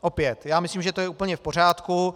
Opět, já myslím, že to je úplně v pořádku.